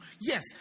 Yes